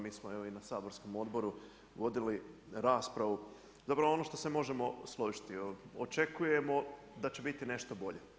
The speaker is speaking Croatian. Mi smo i na saborskom odboru vodili raspravu, zapravo ono što se možemo složiti, očekujemo da će biti nešto bolje.